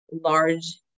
large